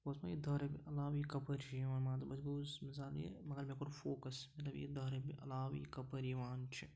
بہٕ اوسُس دپان یہِ دَہ رپیہِ علاوٕ یہِ کَپٲرۍ چھِ یِوان مان ژٕ مِثال یہِ مگر مےٚ کوٚر فوکَس مےٚ دوٚپ یہِ دہ رۄپیہِ علاو یہِ کَپٲرۍ یِوان چھِ